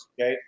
Okay